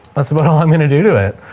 that's about all i'm going to do to it.